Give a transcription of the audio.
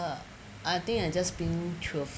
I think I just being true